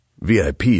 VIP